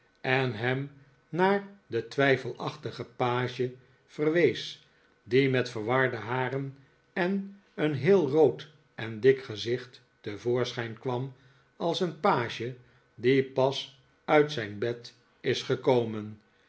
en hem naar den twijfelachtigen page verwees die met verwarde haren en een heel rood en dik gezicht te voorschijn kwam als een page die pas uit zijn bed is gekomen